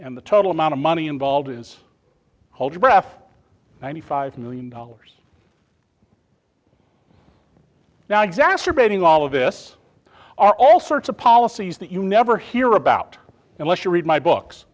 and the total amount of money involved is hold your breath ninety five million dollars now exacerbating all of this are all sorts of policies that you never hear about unless you read my books